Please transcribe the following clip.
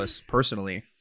personally